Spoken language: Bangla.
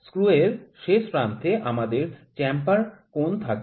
স্ক্রু এর শেষ প্রান্তে আমাদের চ্যাম্পার কোণ থাকে